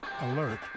Alert